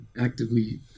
actively